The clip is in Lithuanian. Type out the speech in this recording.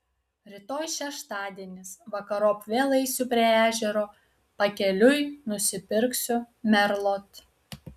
rytoj šeštadienis vakarop vėl eisiu prie ežero pakeliui nusipirksiu merlot